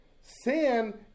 Sin